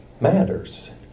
matters